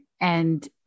And-